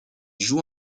joue